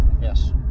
Yes